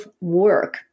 work